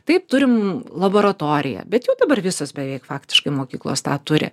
taip turim laboratoriją bet jau dabar visos beveik faktiškai mokyklos tą turi